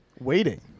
Waiting